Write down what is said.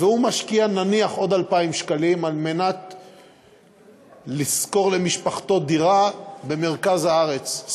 ונניח שהוא משקיע עוד 2,000 שקלים כדי לשכור למשפחתו דירה במרכז הארץ,